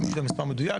לא זוכר מספר מדויק,